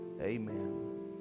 Amen